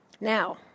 Now